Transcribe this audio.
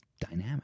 dynamic